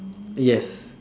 yes